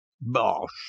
Bosh